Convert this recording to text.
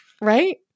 Right